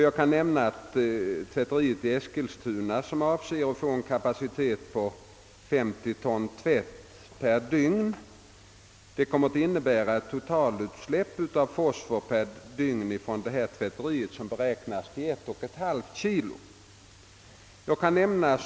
Jag kan nämna att tvätteriet i Eskilstuna avses få en kapacitet på 50 ton tvätt per dygn, vilket innebär ett beräknat totalutsläpp av fosfor på ett och ett halvt kilo per dygn.